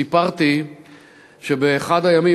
סיפרתי שבאחד הימים,